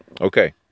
Okay